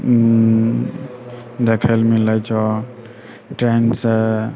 देखै लए मिलल छौ ट्रेनसँ